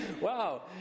wow